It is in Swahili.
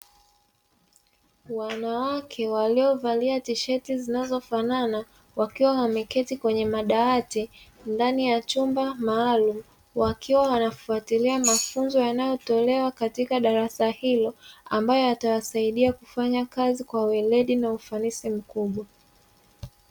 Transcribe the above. Wanawake waliovalia tisheti zinazofanana, wakiwa wameketi kwenye madawati ndani ya chumba maalumu wakiwa wanafuatilia mafunzo yanayotolewa katika darasa hilo, ambayo yatawasaidia kufanya kazi kwa weledi na ufanisi mkubwa.